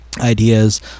ideas